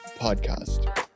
Podcast